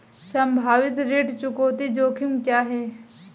संभावित ऋण चुकौती जोखिम क्या हैं?